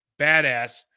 badass